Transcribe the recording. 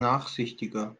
nachsichtiger